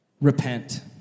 repent